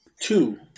Two